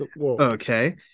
okay